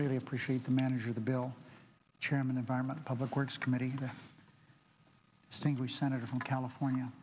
really appreciate the manager the bill chairman environment public works committee stingley senator from california